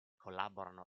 collaborano